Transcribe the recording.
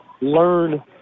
learn